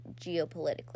geopolitically